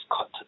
cut